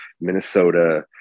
Minnesota